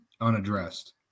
unaddressed